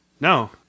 No